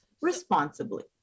responsibly